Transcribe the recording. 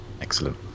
Excellent